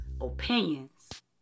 opinions